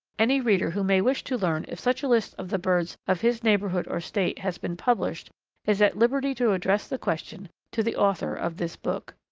any reader who may wish to learn if such a list of the birds of his neighbourhood or state has been published is at liberty to address the question to the author of this book.